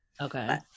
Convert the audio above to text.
Okay